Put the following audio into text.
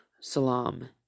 Salam